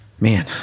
man